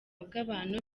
bw’abantu